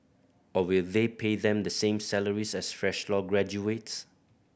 or will they pay them the same salaries as fresh law graduates